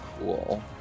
Cool